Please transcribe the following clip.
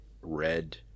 red